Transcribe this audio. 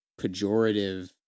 pejorative